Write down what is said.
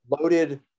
loaded